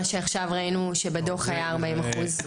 מה שעכשיו ראינו שבדוח היה 40%?